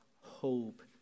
hope